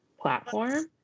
platform